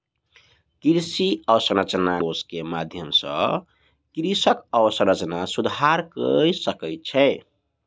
कृषि अवसंरचना कोष के माध्यम सॅ कृषक अवसंरचना सुधार कय सकै छै